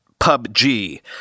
PUBG